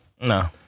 No